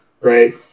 right